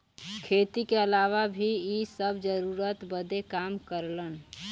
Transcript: खेती के अलावा भी इ सब जरूरत बदे काम करलन